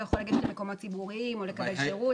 לא יוכל לגשת למקומות ציבוריים או לקבל שירות.